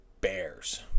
Bears